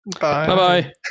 Bye-bye